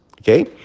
Okay